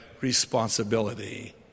responsibility